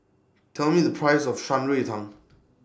Tell Me The Price of Shan Rui Tang